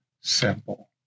simple